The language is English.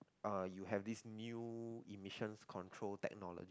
uh you have this new emissions control technology